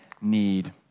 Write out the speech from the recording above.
need